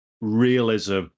realism